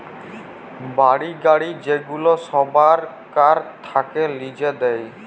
বাড়ি, গাড়ি যেগুলা সরকার থাক্যে লিজে দেয়